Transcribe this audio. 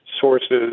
sources